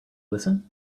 listen